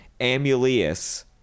Amuleus